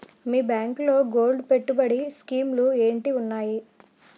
మీ బ్యాంకులో గోల్డ్ పెట్టుబడి స్కీం లు ఏంటి వున్నాయి?